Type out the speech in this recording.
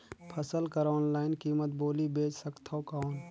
फसल कर ऑनलाइन कीमत बोली बेच सकथव कौन?